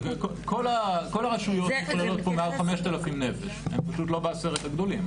כל הרשויות פה מעל 5,000 נפש הם פשוט לא בעשרת הגדולים,